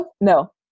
No